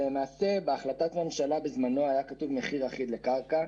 בהחלטת הממשלה בזמנו היה כתוב מחיר אחיד לקרקע,